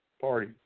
party